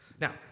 Now